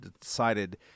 decided